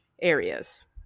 areas